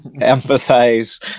emphasize